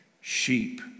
sheep